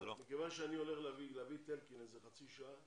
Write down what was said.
אני הולך להביא את אלקין לחצי שעה,